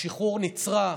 שחרור נצרה.